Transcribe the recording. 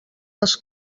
dels